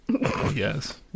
Yes